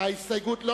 זאב בילסקי,